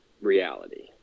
reality